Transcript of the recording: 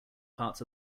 parts